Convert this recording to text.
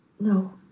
No